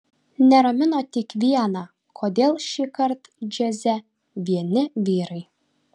neramino tik viena kodėl šįkart džiaze vieni vyrai